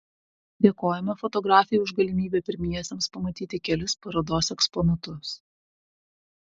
dėkojame fotografei už galimybę pirmiesiems pamatyti kelis parodos eksponatus